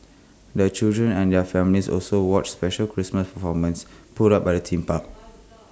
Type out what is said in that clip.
the children and their families also watched special Christmas performances put up by the theme park